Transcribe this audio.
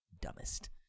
dumbest